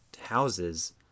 houses